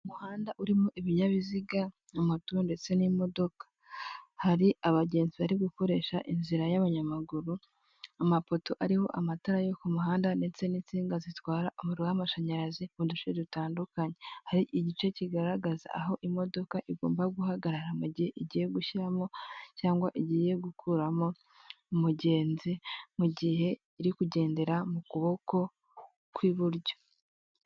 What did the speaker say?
Ni umuhanda urimo ibinyabiziga bitandukanye, harimo amato n’imodoka. Hari abagenzi bari gukoresha inzira y’abanyamaguru. Amapoto ariho amatara yo ku muhanda ndetse n’insinga zitwara amashanyarazi mu duce dutandukanye. Hari igice cyagenwe aho imodoka igomba guhagarara igihe igiye gushyiramo cyangwa gukuramo umugenzi, mugihe iri kugendera mu ruhande rw’iburyo.